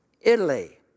Italy